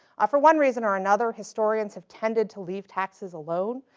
ah for one reason or another, historians have tended to leave taxes alone.